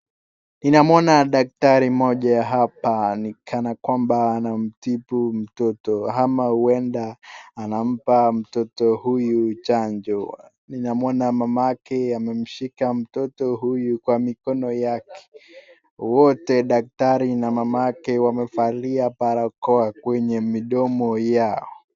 Ninamwona daktari mmoja hapa kana kwama anamtibu mtoto ama huenda anampa mtoto huyu chanjo ninamwona mamake amemshika mtoto huyu kwa mikono yake wote daktari na mamake wamevalia barakoa kwenye midomo yao.